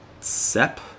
Sep